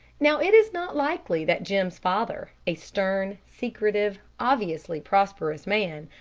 now it is not likely that jim's father, a stern, secretive, obviously prosperous man,